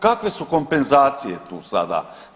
Kakve su kompenzacije tu sada?